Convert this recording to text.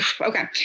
okay